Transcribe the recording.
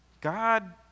God